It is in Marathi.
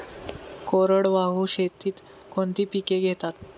कोरडवाहू शेतीत कोणती पिके घेतात?